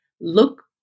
look